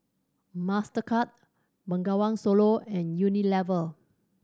Mastercard Bengawan Solo and Unilever